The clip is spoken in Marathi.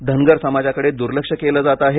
धनगर समाजाकडे दूर्लक्ष केलं जात आहे